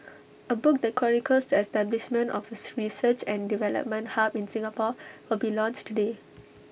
A book that chronicles the establishment of A research and development hub in Singapore will be launched today